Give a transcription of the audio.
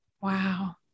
wow